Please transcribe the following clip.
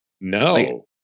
No